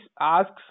asks